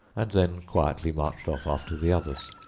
and then quietly marched off after the others.